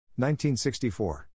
1964